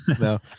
No